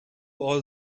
all